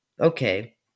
okay